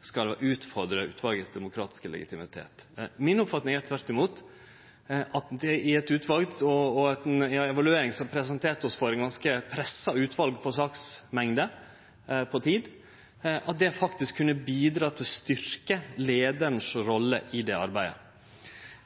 skal utfordre utvalet sin demokratiske legitimitet. Mi oppfatning er tvert imot – ut frå at evalueringa har presentert oss for eit utval som er ganske pressa på saksmengd og tid – at dette faktisk kunne bidra til å styrkje leiaren si rolle i det arbeidet.